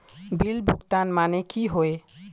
Bill भुगतान माने की होय?